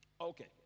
Okay